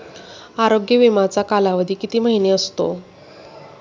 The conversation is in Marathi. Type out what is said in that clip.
आरोग्य विमाचा कालावधी किती महिने असतो?